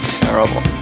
terrible